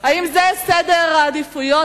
האם זה סדר העדיפויות,